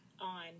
on